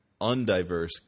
undiverse